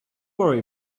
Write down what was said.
worry